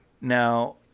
Now –